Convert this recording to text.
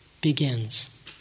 begins